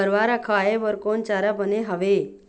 गरवा रा खवाए बर कोन चारा बने हावे?